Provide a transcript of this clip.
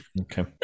Okay